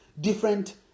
different